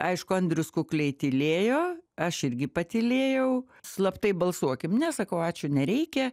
aišku andrius kukliai tylėjo aš irgi patylėjau slaptai balsuokim ne sakau ačiū nereikia